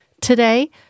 Today